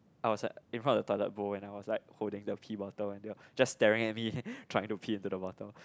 I was like in front of the toilet bowl and I was like holding the pee bottle and they all just staring at me trying to pee into the bottle